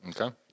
Okay